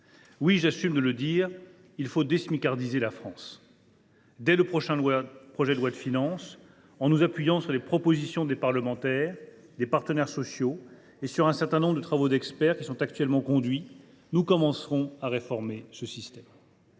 faut surtout augmenter les salaires !« Dès le prochain projet de loi de finances, en nous appuyant sur les propositions des parlementaires et des partenaires sociaux, ainsi que sur un certain nombre de travaux d’experts qui sont actuellement conduits, nous commencerons à réformer ce système.